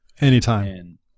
Anytime